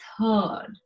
third